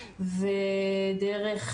ודרך